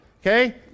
okay